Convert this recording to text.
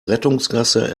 rettungsgasse